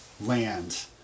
land